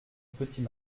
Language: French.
petit